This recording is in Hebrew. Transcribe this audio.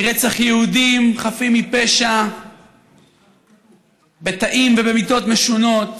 מרצח יהודים חפים מפשע בתאים ובמיתות משונות,